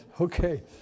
Okay